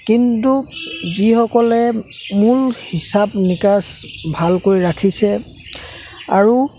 কিন্তু যিসকলে মূল হিচাপ নিকাছ ভালকৈ ৰাখিছে আৰু